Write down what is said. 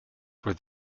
for